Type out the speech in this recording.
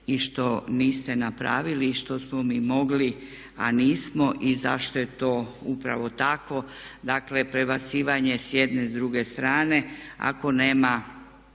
i što niste napravili i što smo mi mogli, a nismo i zašto je to upravo tako. Dakle, prebacivanje s jedne i druge strane. Ako nema